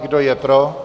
Kdo je pro?